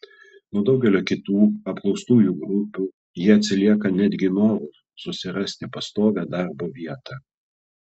nuo daugelių kitų apklaustųjų grupių jie atsilieka netgi noru susirasti pastovią darbo vietą